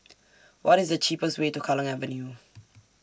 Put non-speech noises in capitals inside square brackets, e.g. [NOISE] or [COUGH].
What IS The cheapest Way to Kallang Avenue [NOISE]